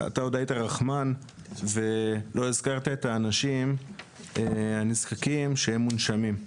אתה עוד היית רחמן ולא הזכרת את האנשים הנזקקים שהם מונשמים.